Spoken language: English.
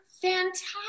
fantastic